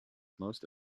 most